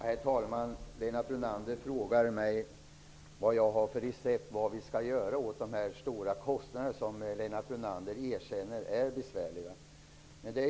Herr talman! Lennart Brunander frågade mig vad jag har för recept mot de här kostnaderna som han erkänner är besvärliga.